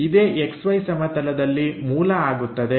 ಆದ್ದರಿಂದ a' ಇದೇ XY ಸಮತಲದಲ್ಲಿ ಮೂಲ ಆಗುತ್ತದೆ